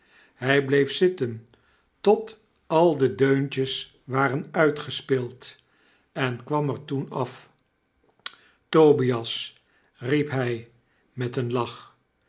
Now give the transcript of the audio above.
hy bleef zitten tot al de deuntjes waren uitgespeeld en kwam er toen af tobias riep hy met een lach